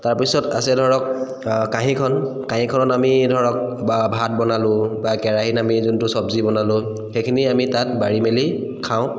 তাৰপিছত আছে ধৰক কাঁহীখন কাঁহীখনত আমি ধৰক বা ভাত বনালোঁ বা কেৰাহীত আমি যোনটো চব্জি বনালোঁ সেইখিনি আমি তাত বাৰি মেলি খাওঁ